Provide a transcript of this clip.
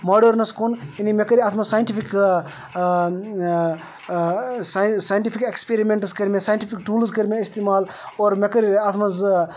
ماڈٲرنَس کُن یعنی مےٚ کٔرۍ اَتھ منٛز سایٚٹِفِک ساین سایٚٹِفِک اٮ۪کسپیٚرِمَنٛٹٕز کٔرۍ مےٚ سایٚٹِفِک ٹوٗلٕز کٔرۍ مےٚ استعمال اور مےٚ کٔری اَتھ منٛز